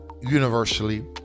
universally